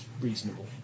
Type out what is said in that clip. reasonable